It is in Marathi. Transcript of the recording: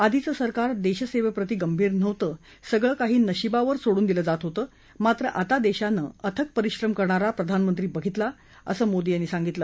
आधीचं सरकार देशसेवेप्रति गंभीर नव्हतं संगळ काही नशिबावर सोडून दिलं होतं मात्र आता देशानं अथक परिश्रम करणारा प्रधानमंत्री बधितला असं मोदी यांनी सांगितलं